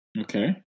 Okay